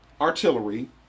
artillery